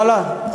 ואללה,